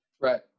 Right